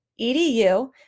edu